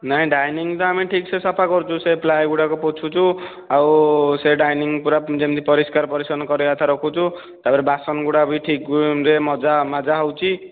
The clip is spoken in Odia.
ନାହିଁ ଡ଼ାଇନିଙ୍ଗ ତ ଆମେ ଠିକ ସେ ସଫା କରୁଛୁ ସେ ପ୍ଲାଏ ଗୁଡାକ ପୋଛୁଛୁ ଆଉ ସେ ଡ଼ାଇନିଙ୍ଗ ପୁରା ଯେମିତି ପରିଷ୍କାର ପରିଚ୍ଛନ୍ନ କରିବା କଥା ରଖୁଛୁ ତା'ପରେ ବାସନ ଗୁଡା ବି ଠିକରେ ମଜା ମାଜା ହେଉଛି